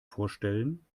vorstellen